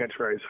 catchphrase